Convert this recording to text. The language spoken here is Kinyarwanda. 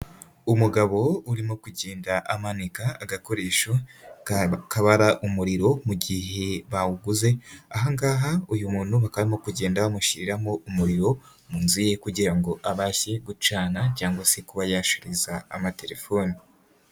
Umugabo urimo kugenda amanika agakoresho kabara umuriro mu gihe bawuguze, aha ngaha uyu muntu bakaba barimo kugenda bamushyiriramo umuriro mu nzu ye kugira ngo abashe gucana cyangwa se kuba yashariza amatelefoni.